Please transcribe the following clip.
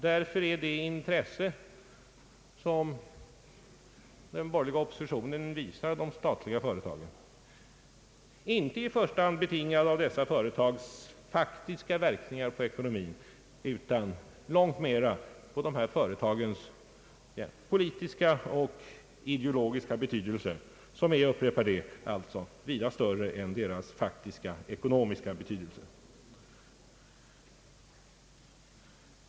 Därför är det intresse den borgerliga oppositionen visat de statliga företagen inte i första hand betingat av dessa företags faktiska verkningar på ekonomin utan långt mera av dessa företags politiska och ideologiska betydelse, som är vida större än deras faktiska ekonomiska betydelse.